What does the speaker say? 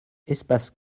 espace